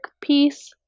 piece